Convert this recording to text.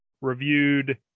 reviewed –